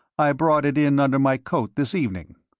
i brought it in under my coat this evening.